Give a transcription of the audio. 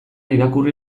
irakurri